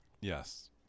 Yes